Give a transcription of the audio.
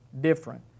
different